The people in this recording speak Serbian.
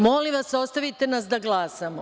Molim vas, ostavite nas da glasamo.